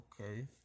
okay